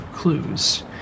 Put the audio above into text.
clues